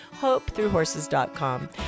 HopeThroughHorses.com